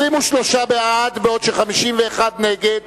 בעד, 23, בעוד ש-51 נגד.